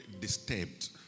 disturbed